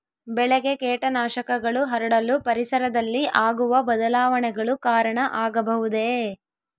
ಬೆಳೆಗೆ ಕೇಟನಾಶಕಗಳು ಹರಡಲು ಪರಿಸರದಲ್ಲಿ ಆಗುವ ಬದಲಾವಣೆಗಳು ಕಾರಣ ಆಗಬಹುದೇ?